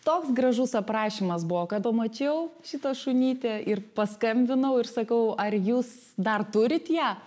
toks gražus aprašymas buvo kad pamačiau šitą šunytę ir paskambinau ir sakau ar jūs dar turit ją